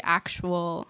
actual